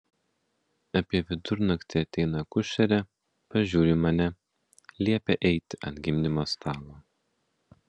apie vidurnaktį ateina akušerė pažiūri į mane liepia eiti ant gimdymo stalo